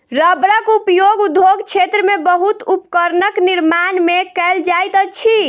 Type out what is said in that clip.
रबड़क उपयोग उद्योग क्षेत्र में बहुत उपकरणक निर्माण में कयल जाइत अछि